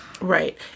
Right